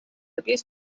abuse